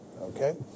Okay